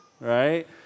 right